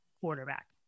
quarterback